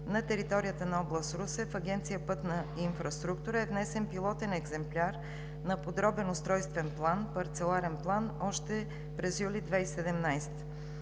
на територията на област Русе, в Агенция „Пътна инфраструктура“ е внесен пилотен екземпляр на подробен устройствен план – парцеларен план още през юли 2017